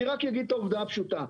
אני רק אגיד את העובדה הפשוטה.